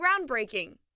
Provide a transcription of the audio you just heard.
groundbreaking